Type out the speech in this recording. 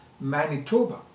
Manitoba